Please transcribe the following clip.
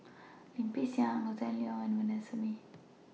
Lim Peng Siang Hossan Leong and Vanessa Mae